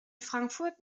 frankfurt